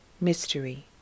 mystery